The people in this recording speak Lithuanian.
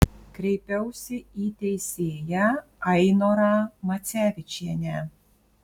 kreipiausi į teisėją ainorą macevičienę